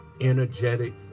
energetic